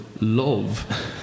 love